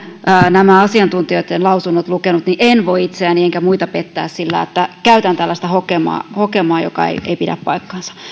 nämä asiantuntijoitten lausunnot lukenut en voi itseäni enkä muita pettää sillä että käyttäisin tällaista hokemaa hokemaa joka ei pidä paikkaansa